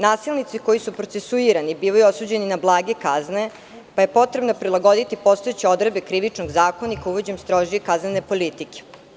Nasilnici koji su procesuirani su bili osuđeni na blage kazne, pa je potrebno promeniti postojeće odredbe Krivičnog zakonika uvođenjem strožije kaznene politike.